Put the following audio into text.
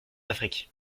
affrique